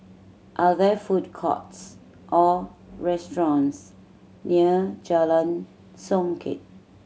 are there food courts or restaurants near Jalan Songket